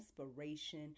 inspiration